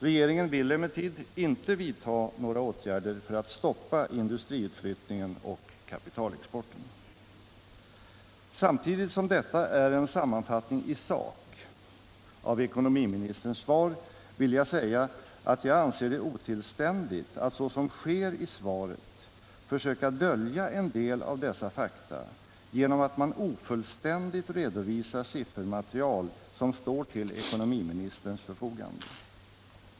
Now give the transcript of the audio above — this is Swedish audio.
Regeringen vill emellertid inte vidta några åtgärder för att stoppa industriutflyttningen och kapitalexporten. Utöver denna sammanfattning i sak av ekonomiministerns svar vill jag säga att jag anser det otillständigt att så som sker i svaret försöka dölja en del av dessa fakta genom att ofullständigt redovisa siffermaterial som står till ekonomiministerns förfogande.